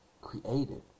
created